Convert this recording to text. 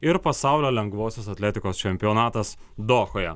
ir pasaulio lengvosios atletikos čempionatas dohoje